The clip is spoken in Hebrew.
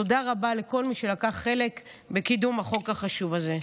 תודה רבה לכל מי שלקח חלק בקידום החוק החשוב הזה.